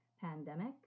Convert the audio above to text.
pandemic